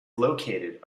located